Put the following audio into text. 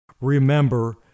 remember